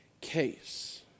case